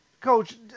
Coach